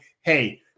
hey –